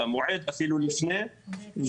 במועד ואפילו לפני כן,